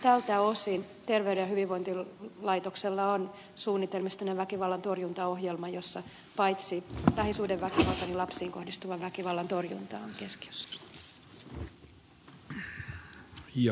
tältä osin terveyden ja hyvinvoinnin laitoksella on suunnitelmissa väkivallan torjuntaohjelma jossa paitsi lähisuhdeväkivalta myös lapsiin kohdistuvan väkivallan torjunta on keskiössä